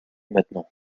maintenant